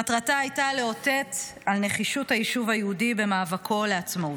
מטרתה הייתה לאותת על נחישות היישוב היהודי במאבקו לעצמאות.